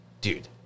Dude